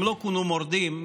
הם לא כונו "מורדים",